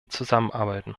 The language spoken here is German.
zusammenarbeiten